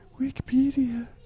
wikipedia